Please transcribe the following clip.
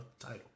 title